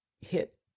hit